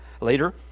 later